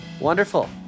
wonderful